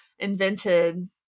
Invented